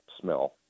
smell